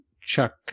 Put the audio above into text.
Chuck